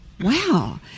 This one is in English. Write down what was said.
Wow